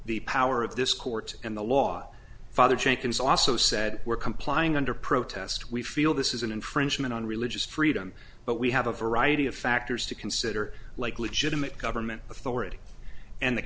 the power of this court and the law father jenkins also said we're complying under protest we feel this is an infringement on religious freedom but we have a variety of factors to consider like legitimate government authority and the